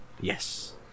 Yes